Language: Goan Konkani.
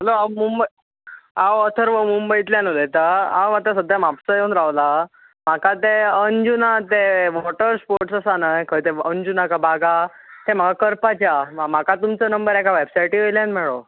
हलो हांव मुंबय हांव अर्थव मुंबयतल्यान उलयता हांव आता सद्द्या म्हापसा येवन रावला म्हाका ते अंजुणा ते वोटर स्पोर्टस आसा न्हय खंय ते अंजुणा कांय बागा ते म्हाका करपाचे आहा म्हाका तुमचो नंबर एका वेबसायटी वयल्यान मेळ्ळो